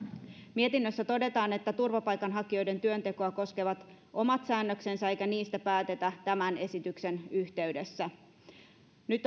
mietinnössä todetaan että turvapaikanhakijoiden työntekoa koskevat omat säännöksensä eikä niistä päätetä tämän esityksen yhteydessä nyt